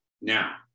Now